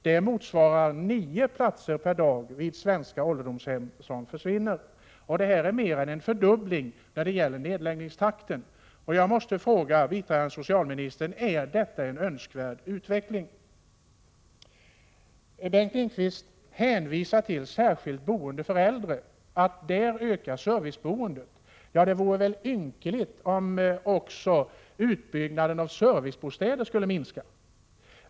Det innebär att nio platser per dag försvinner vid våra svenska ålderdomshem. Det är mer än en fördubbling av nedläggningstakten. Bengt Lindqvist hänvisar till att antalet platser ökar när det gäller särskilda boendeformer för äldre. Ja, det vore väl ynkligt om också utbyggnaden av servicebostäder skulle minska.